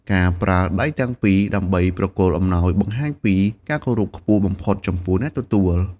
ការប្រើដៃទាំងពីរដើម្បីប្រគល់អំណោយ បង្ហាញពី ការគោរពខ្ពស់បំផុត ចំពោះអ្នកទទួល។